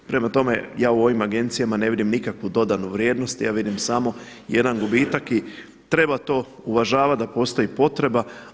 Prema tome, ja u ovim agencijama ne vidim nikakvu dodanu vrijednost, ja vidim samo jedan gubitak i treba to uvažavati da postoji potreba.